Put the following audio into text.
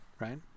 right